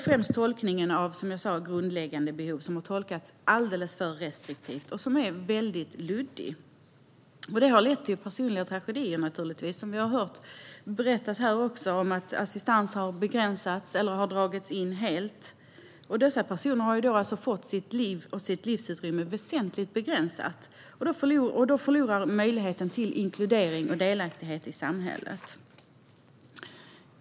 Främst är det som jag sa begreppet "grundläggande behov" som har tolkats alldeles för restriktivt, och det är väldigt luddigt. Det här har naturligtvis lett till personliga tragedier. Som vi har hört berättas här har assistansen ibland begränsats eller dragits in helt. Dessa personer har då fått sitt liv och sitt livsutrymme väsentligt begränsat och förlorat möjligheten till inkludering och delaktighet i samhället.